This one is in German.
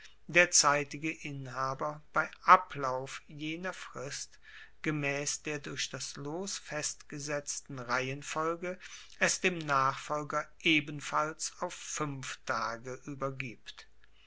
der zeitige inhaber bei ablauf jener frist gemaess der durch das los festgesetzten reihenfolge es dem nachfolger ebenfalls auf fuenf tage uebergibt